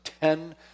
Ten